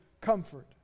comfort